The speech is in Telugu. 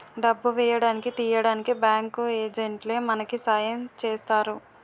డబ్బు వేయడానికి తీయడానికి బ్యాంకు ఏజెంట్లే మనకి సాయం చేస్తారు